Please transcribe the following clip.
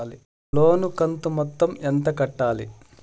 లోను కంతు మొత్తం ఎంత కట్టాలి?